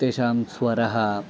तेषां स्वरः